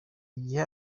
igihe